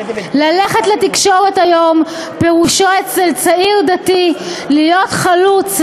"ללכת לתקשורת היום פירושו אצל צעיר דתי להיות חלוץ,